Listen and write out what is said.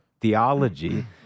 theology